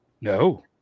No